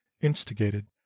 instigated